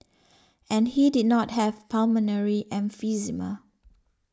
and he did not have pulmonary emphysema